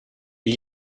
wie